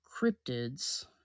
cryptids